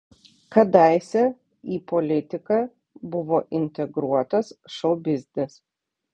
kadaise į politiką buvo integruotas šou biznis